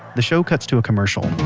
the show cuts to commercial